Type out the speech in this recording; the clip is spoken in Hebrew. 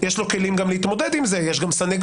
יש לו כלים גם להתמודד עם זה, יש גם סנגור.